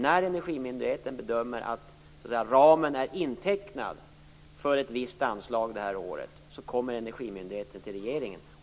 När energimyndigheten bedömer att ramen är intecknad för ett visst anslag det här året kommer energimyndigheten till regeringen.